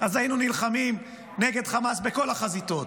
אז היינו נלחמים נגד חמאס בכל החזיתות,